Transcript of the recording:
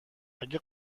اگه